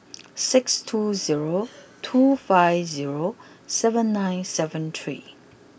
six two zero two five zero seven nine seven three